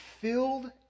filled